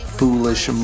foolish